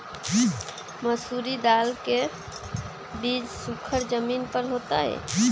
मसूरी दाल के बीज सुखर जमीन पर होतई?